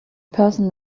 person